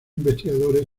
investigadores